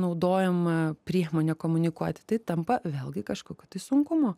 naudojama priemonė komunikuoti tai tampa vėlgi kažkokiu tai sunkumu